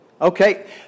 Okay